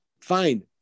Fine